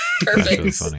Perfect